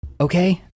Okay